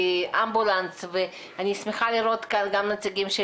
אמבולנס ואני שמחה לראות כאן גם נציגים של